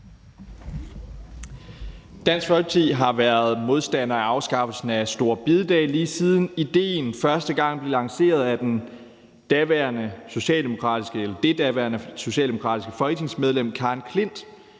Dansk Folkeparti har været modstandere af afskaffelsen af store bededag, lige siden idéen første gang blev lanceret af det daværende socialdemokratiske folketingsmedlem Karen J. Klint,